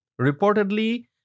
Reportedly